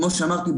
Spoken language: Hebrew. כמו שאמרתי,